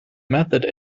method